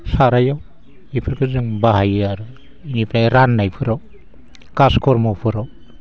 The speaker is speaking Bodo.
सारायाव बेफोरखौ जों बाहायो आरो बेनिफाय राननायफोराव खास करम'फोराव